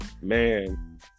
Man